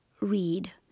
read